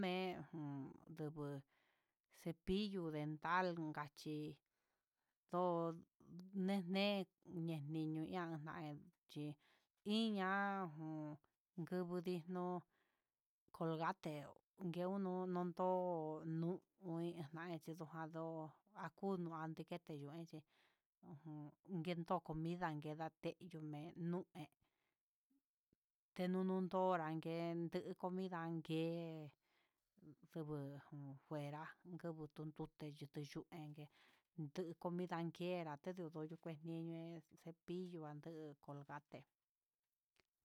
Men jun nduju cepillo dental inka chí, ndo ndenen engunichia achí, iin ña jun kungudigo colgate unuu ndo'o nun nujai, xhidoja ndó akuno yaninoexhiujun nguento comida ngué, lateme nué tenunun ndo nrague, ndikon ndangué ndugu njuera nduju ndude yuku yee engue ndu comida nguera teduu dungui yinró he cepillo nande colgate.